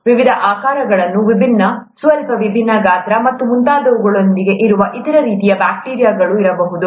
ವಿವಿಧ ಆಕಾರಗಳು ವಿಭಿನ್ನ ಸ್ವಲ್ಪ ವಿಭಿನ್ನ ಗಾತ್ರ ಮತ್ತು ಮುಂತಾದವುಗಳೊಂದಿಗೆ ಇರುವ ಇತರ ರೀತಿಯ ಬ್ಯಾಕ್ಟೀರಿಯಾಗಳು ಇರಬಹುದು